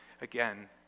again